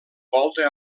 volta